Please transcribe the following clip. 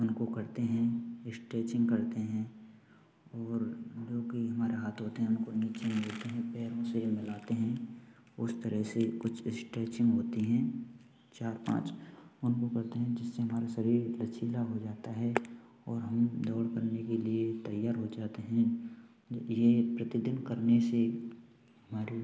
उनको करते हैं स्टेचिंग करते हैं और हम लोग की हमारे हाथ वाथ है उनको नीचे करते हैं पैर से मिलाते हैं उस तरह से कुछ स्टेचिंग होती है चार पाँच उनको करते हैं जिससे हमारा शरीर लचीला हो जाता है और हम दौड़ करने के लिए तैयार हो जाते हैं यह प्रतिदिन करने से हमारी